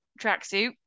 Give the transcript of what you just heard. tracksuit